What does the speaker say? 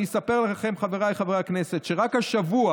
אני אספר לכם, חבריי חברי הכנסת, שרק השבוע,